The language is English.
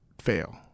fail